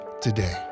today